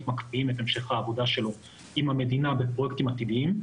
מקפיאים את המשך העבודה שלו עם המדינה בפרויקטים עתידיים,